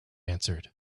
answered